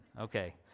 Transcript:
okay